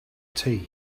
tea